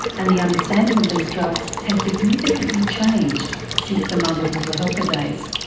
and the understanding of these drugs has significantly changed since the mother's little helper days.